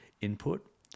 input